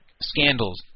scandals